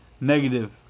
negative